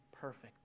perfect